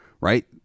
right